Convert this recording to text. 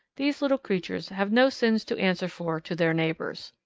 these little creatures have no sins to answer for to their neighbours.